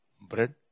Bread